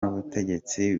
ubutegetsi